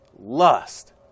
lust